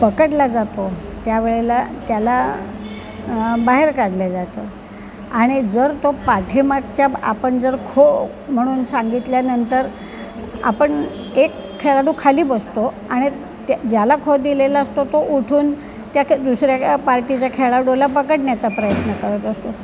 पकडला जातो त्या वेळेला त्याला बाहेर काढलं जातं आणि जर तो पाठीमागच्या आपण जर खो म्हणून सांगितल्यानंतर आपण एक खेळाडू खाली बसतो आणि त्या ज्याला खो दिलेला असतो तो उठून त्या दुसऱ्या पार्टीच्या खेळाडूला पकडण्याचा प्रयत्न करत असतो